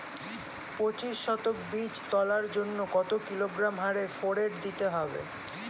পঁচিশ শতক বীজ তলার জন্য কত কিলোগ্রাম হারে ফোরেট দিতে হবে?